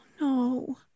No